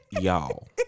y'all